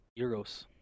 euros